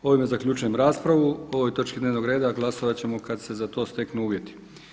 Ovime zaključujem raspravu o ovoj točki dnevnog reda glasat ćemo kada se za to steknu uvjeti.